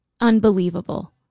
unbelievable